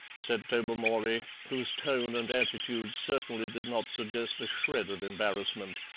said tobermory, whose tone and attitude certainly did not suggest a shred of embarrassment.